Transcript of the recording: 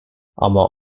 ama